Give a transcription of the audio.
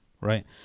right